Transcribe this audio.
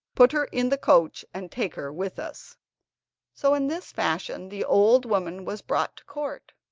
put her in the coach and take her with us so in this fashion the old woman was brought to court.